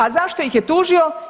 A zašto ih je tužio?